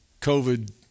COVID